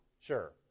Sure